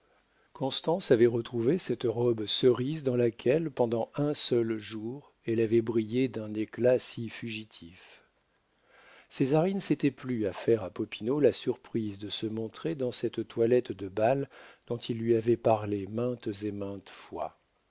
constance avait retrouvé cette robe cerise dans laquelle pendant un seul jour elle avait brillé d'un éclat si fugitif césarine s'était plu à faire à popinot la surprise de se montrer dans cette toilette de bal dont il lui avait parlé maintes et maintes fois